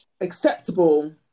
acceptable